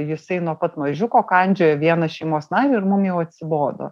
jisai nuo pat mažiuko kandžioja vieną šeimos narį ir mum jau atsibodo